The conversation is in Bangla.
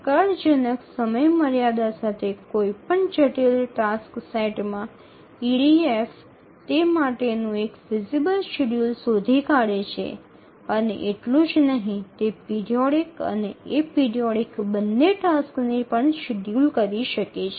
চ্যালেঞ্জিং ডেডলাইনের সাথে নির্ধারিত যে কোনও জটিল কাজের জন্য EDF তার জন্য একটি সম্ভাব্য সময়সূচী খুঁজে পেতে পারে এবং কেবল এটিই নয় এটি পর্যায়ক্রমিক এবং এপিওরিওডিক উভয় কাজকেও নির্ধারণ করতে পারে